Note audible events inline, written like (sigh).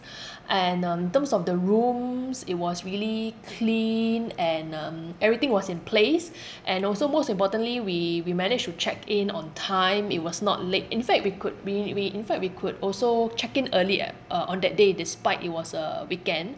(breath) and um in terms of the rooms it was really clean and um everything was in place and also most importantly we we managed to check in on time it was not late in fact we could we we in fact we could also check in earlier uh on that day despite it was a weekend